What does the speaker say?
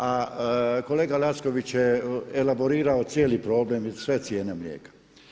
A kolega Lacković je elaborirao cijeli problem i sve cijene mlijeka.